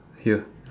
here